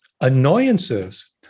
annoyances